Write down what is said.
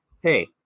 hey